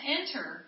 enter